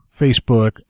Facebook